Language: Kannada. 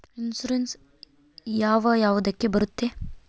ಇನ್ಶೂರೆನ್ಸ್ ಯಾವ ಯಾವುದಕ್ಕ ಬರುತ್ತೆ?